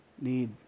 need